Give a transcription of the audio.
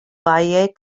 valle